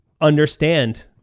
understand